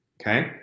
Okay